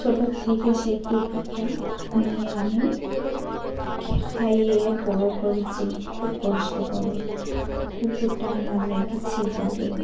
ছোটোর থেকে সেই কুকুরটা নিয়ে আমি খাইয়ে বড় করেছি খুব কষ্ট করে কুকুরটার নাম রেখেছি লালু